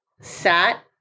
sat